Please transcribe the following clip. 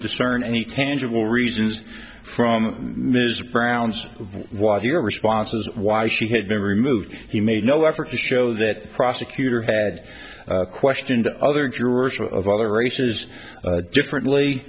discern any tangible reasons from mr brown's why he got responses why she had been removed he made no effort to show that prosecutor had questioned other jurors of other races differently